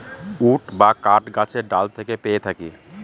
would বা কাঠ গাছের ডাল থেকে পেয়ে থাকি